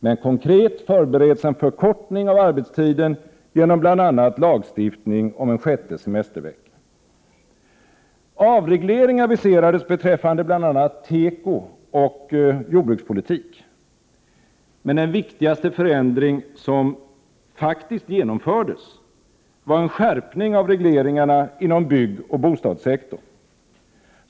Men konkret förbereds en förkortning av arbetstiden genom bl.a. lagstiftning om en sjätte semestervecka. den viktigaste förändring som faktiskt genomfördes var en skärpning av Prot. 1988/89:59 regleringarna inom byggoch bostadssektorn.